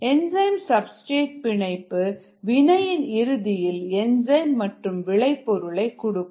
enzyme substrate பிணைப்பு வினையின் இறுதியில் என்சைம் மற்றும் விளைபொருளை கொடுக்கும்